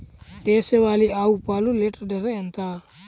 దేశవాలీ ఆవు పాలు లీటరు ధర ఎంత?